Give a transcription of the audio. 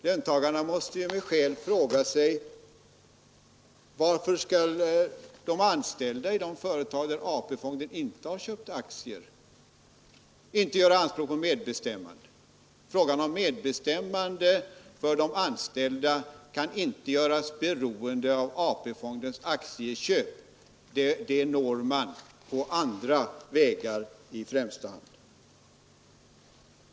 Löntagarna måste ju med skäl fråga sig varför anställda i de företag där AP-fonden inte har köpt aktier inte skall kunna göra anspråk på medbestämmanderätt. Frågan om medbestämmande för de anställda kan inte göras beroende av AP-fondens aktieköp, utan den rätten når man främst på andra vägar.